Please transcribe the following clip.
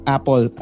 Apple